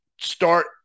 Start